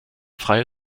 freie